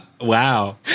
Wow